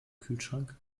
kühlschrank